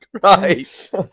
Christ